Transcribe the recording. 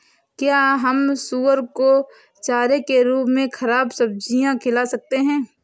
क्या हम सुअर को चारे के रूप में ख़राब सब्जियां खिला सकते हैं?